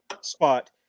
spot